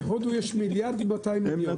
הודו יש מיליארד ו-200,000.